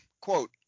quote